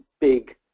big